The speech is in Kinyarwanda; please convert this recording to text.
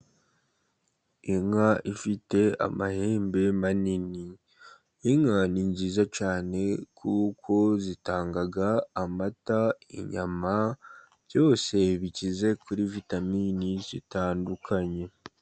Inka ifite amahembe manini. Inka ni nziza cyane kuko zitanga amata, inyama, byose bikize kuri vitamini zitandukanye.